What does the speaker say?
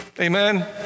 Amen